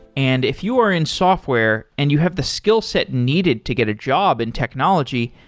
and if you are in software and you have the skillset needed to get a job in technology,